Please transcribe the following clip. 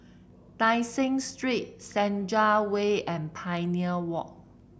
Tai Seng Street Senja Way and Pioneer Walk